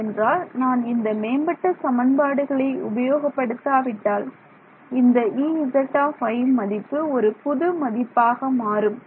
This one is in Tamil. ஏனென்றால் நான் இந்த மேம்பட்ட சமன்பாடுகளை உபயோக படுத்தாவிட்டால் இந்த Ez மதிப்பு ஒரு புது மதிப்பாக மாறும்